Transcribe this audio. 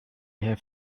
have